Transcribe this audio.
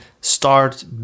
start